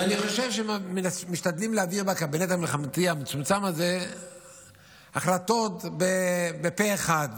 ואני חושב שמשתדלים להעביר בקבינט המלחמתי המצומצם הזה החלטות פה אחד,